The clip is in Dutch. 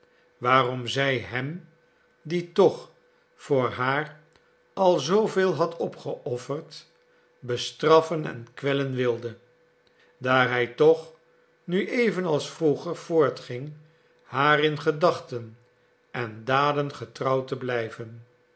waarom zij hem die toch voor haar al zooveel had opgeofferd bestraffen en kwellen wilde daar hij toch nu evenals vroeger voortging haar in gedachten en daden getrouw te blijven